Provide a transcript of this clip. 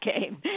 game